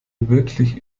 wirklich